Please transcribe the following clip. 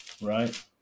Right